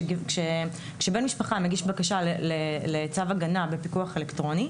כשבן משפחה מגיש בקשה לצו הגנה בפיקוח אלקטרוני,